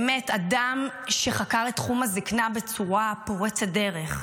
באמת אדם שחקר את תחום הזקנה בצורה פורצת דרך.